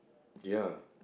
ya